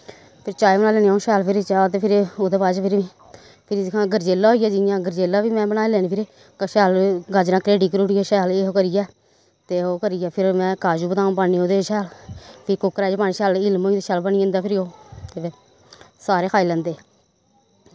फिर चाय बनाई लैन्नी अ'ऊं शैल करियै चाह् ते फिर ओह्दै बाद च फिरी फिरी दिक्ख हां गजरेला होई गेआ जि'यां गजरेला बी में बनाई लैन्नी फिर शैल गाजरां घरेड़ी घरुड़ियै शैल एह् ओह् करियै ते ओह् करियै फिर में काज़ू बदाम पा'नी में ओह्दे च फिर कुकरै च पा'नी हिलम होई जंदा शैल बनी जंदा फिरी ओह् सारे खाई लैंदे